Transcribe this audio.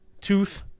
Tooth